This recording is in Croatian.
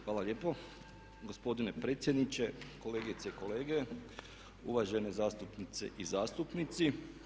Hvala lijepo gospodine predsjedniče, kolegice i kolege uvažene zastupnice i zastupnici.